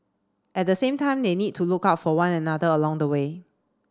at the same time they need to look out for one another along the way